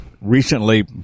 recently